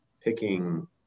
picking